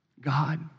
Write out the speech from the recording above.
God